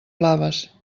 blaves